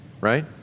Right